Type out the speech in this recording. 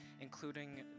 including